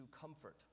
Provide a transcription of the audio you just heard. comfort